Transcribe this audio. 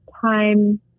time